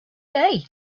day